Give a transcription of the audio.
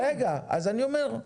רגע, אז אני אומר,